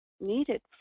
needed